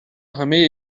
همهی